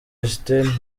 justin